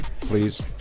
please